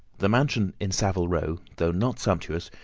the mansion in saville row, though not sumptuous,